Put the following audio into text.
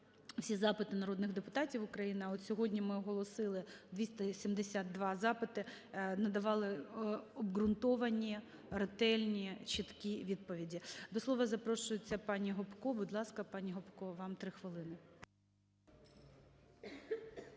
всі запити народних депутатів України, а от сьогодні ми оголосили 272 запити, надавали обґрунтовані, ретельні, чіткі відповіді. До слова запрошується пані Гопко. Будь ласка, пані Гопко, вам 3 хвилини.